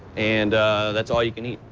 and that's all you can eat.